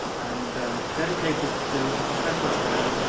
and it's dedicated to a professor up there at